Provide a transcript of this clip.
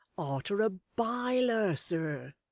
arter a biler sir.